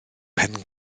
pen